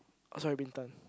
oh sorry Bintan